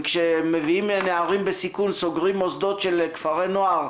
כאשר לגבי נערים בסיכון סוגרים מוסדות של כפרי נוער,